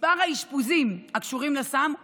מספר האשפוזים הקשורים לסם הוכפל,